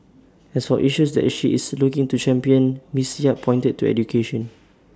as for issues that she is looking to champion miss yap pointed to education